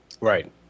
Right